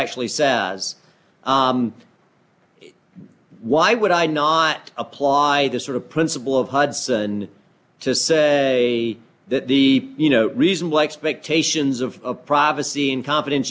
actually says why would i not apply the sort of principle of hudson to say that the you know reasonable expectations of privacy in confiden